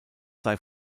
sei